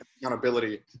accountability